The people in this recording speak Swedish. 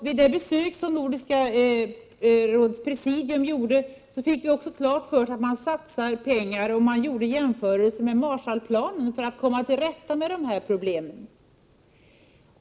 Vid Nordiska rådets presidiums besök hos EG-kommissionen fick vi klart för oss att man satsade pengar för att komma till rätta med dessa problem. Man gjorde också jämförelser med Marshallplanen.